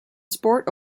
sports